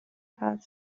fahrt